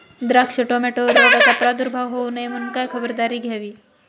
द्राक्ष, टोमॅटोवर रोगाचा प्रादुर्भाव होऊ नये म्हणून काय खबरदारी घ्यावी?